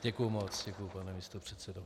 Děkuji moc, děkuji, pane místopředsedo.